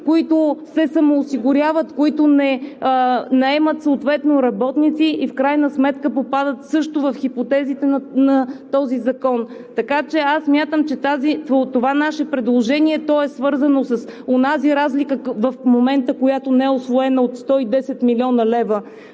които се самоосигуряват, които не наемат съответно работници, и в крайна сметка попадат също в хипотезите на този закон. Така че смятам, че това наше предложение, свързано с онази разлика в момента, която не е усвоена, от 110 млн. лв.